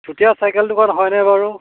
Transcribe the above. Chutia cycle দোকান হয়নে বাৰু